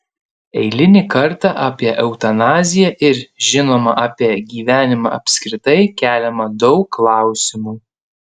eilinį kartą apie eutanaziją ir žinoma apie gyvenimą apskritai keliama daug klausimų